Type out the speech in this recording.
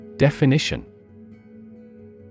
Definition